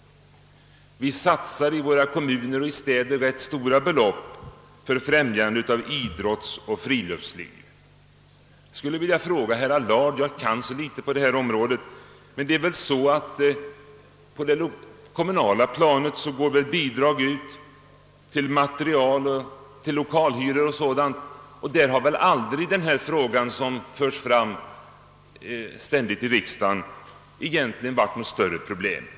Vi satsar i våra kommuner och städer rätt stora belopp på främjande av idrott och friluftsliv. På det kommunala planet utgår bidrag till materiel och lokalhyror m, m., och där har väl aldrig denna fråga som ständigt diskuteras i riksdagen varit något större problem.